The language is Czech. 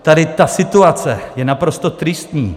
Tady ta situace je naprosto tristní.